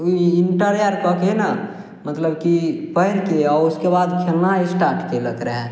ई inter अर कऽके ना मतलब की पढ़िके आओर उसके बाद खेलनाइ स्टार्ट कयलक रहऽ